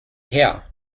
her